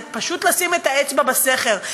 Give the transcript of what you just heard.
זה פשוט לשים את האצבע בסכר.